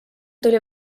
tuli